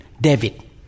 David